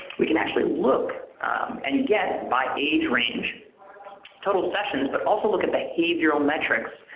we can actually look and get by age range total sessions, but also look at behavioral metrics,